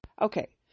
Okay